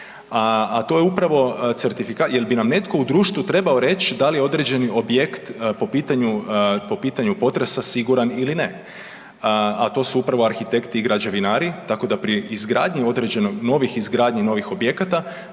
ovim zakonom nedostaje, jel bi nam netko u društvu trebao reć da li određeni objekt po pitanju potresa siguran ili ne, a to su upravo arhitekti i građevinari tako da pri izgradnji novih objekata